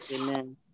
Amen